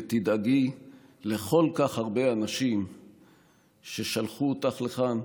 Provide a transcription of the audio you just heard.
ותדאגי לכל כך הרבה אנשים ששלחו אותך לכאן,